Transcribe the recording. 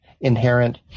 inherent